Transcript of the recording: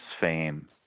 fame